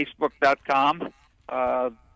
Facebook.com